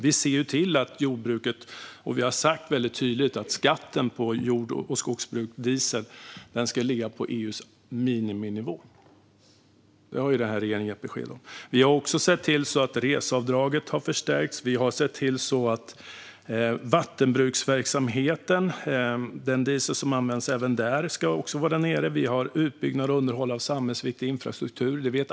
Vi ser till jordbruket och har sagt väldigt tydligt att skatten på jord och skogsbruksdiesel ska ligga på EU:s miniminivå. Det har den här regeringen gett besked om. Vi har också sett till att reseavdraget har förstärkts. Vi har sett till att även den diesel som används i vattenbruksverksamheten ska ligga på den nivån skattemässigt. Vi satsar på utbyggnad och underhåll av samhällsviktig infrastruktur.